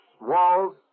walls